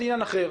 זה עניין אחר.